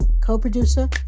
Co-producer